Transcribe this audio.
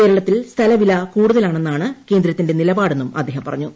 കേരളത്തിൽ സ്ഥലവില കൂടുതലാണെന്നാണ് കേന്ദ്രത്തിന്റെ നിലപാടെന്നും അദ്ദേഹം പറഞ്ഞു